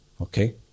Okay